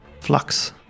Flux